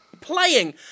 playing